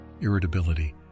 irritability